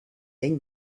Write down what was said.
then